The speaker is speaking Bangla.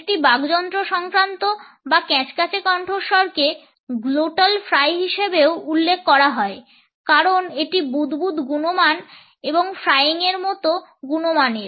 একটি বাকযন্ত্র সংক্রান্ত বা ক্যাঁচক্যাঁচে কণ্ঠস্বরকে গ্লোটাল ফ্রাই হিসাবেও উল্লেখ করা হয় কারণ এটি বুদবুদ গুণমান এবং ফ্রাইং এর মতো গুণমানের